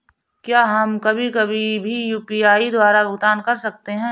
क्या हम कभी कभी भी यू.पी.आई द्वारा भुगतान कर सकते हैं?